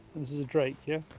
this is a drake, yeah?